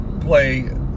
play